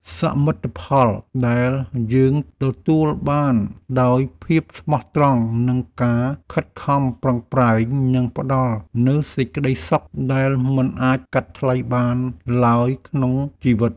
សមិទ្ធផលដែលយើងទទួលបានដោយភាពស្មោះត្រង់និងការខិតខំប្រឹងប្រែងនឹងផ្តល់នូវសេចក្តីសុខដែលមិនអាចកាត់ថ្លៃបានឡើយក្នុងជីវិត។